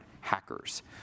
hackers